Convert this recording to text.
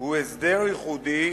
הוא הסדר ייחודי